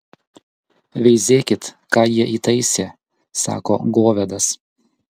veizėkit ką jie įtaisė sako govedas